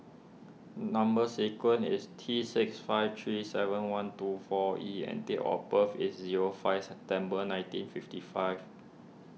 Number Sequence is T six five three seven one two four E and date of birth is zero five September nineteen fifty five